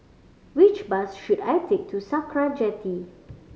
which bus should I take to Sakra Jetty